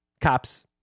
cops